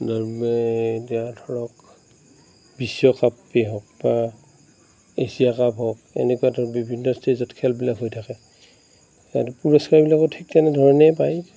এতিয়া ধৰক বিশ্বকাপেই হওঁক বা এচিয়াকাপ হওঁক এনেকুৱা বিভিন্ন ষ্টেজত খেলবিলাক হৈ থাকে ইয়াত পুৰস্কাৰবিলাকো ঠিক তেনে ধৰণেই পায়